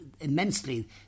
immensely